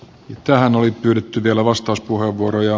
tähän oli pyydetty vielä vastauspuheenvuoroja